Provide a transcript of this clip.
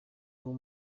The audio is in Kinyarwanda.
uwo